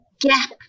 gap